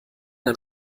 ein